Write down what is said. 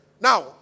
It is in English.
Now